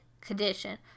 condition